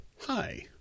hi